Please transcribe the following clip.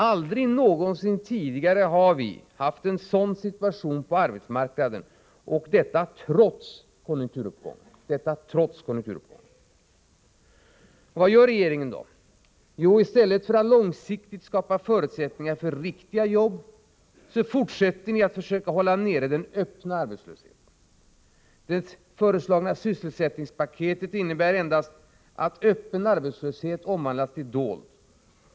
Aldrig någonsin tidigare har vi haft en sådan situation på arbetsmarknaden, och detta trots konjunkturuppgången. Vad gör då regeringen? I stället för att långsiktigt skapa förutsättningar för riktiga jobb fortsätter ni att hålla nere den öppna arbetslösheten. Det föreslagna sysselsättningspaketet innebär endast att öppen arbetslöshet omvandlas till dold.